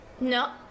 No